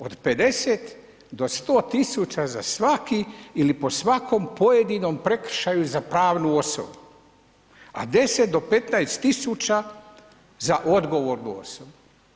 Od 50 do 100 tisuća za svaki ili po svakom pojedinom prekršaju za pravnu osobu a 10 do 15 tisuća za odgovornu osobu.